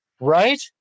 Right